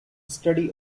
study